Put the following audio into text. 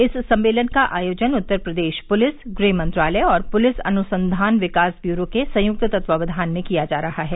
इस सम्मेलन का आयोजन उत्तर प्रदेश पुलिस गृह मंत्रालय और पुलिस अनुसंधान विकास ब्यूरो के संयुक्त तत्वावधान में किया जा रहा है